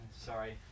Sorry